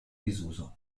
disuso